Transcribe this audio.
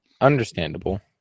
understandable